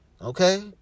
Okay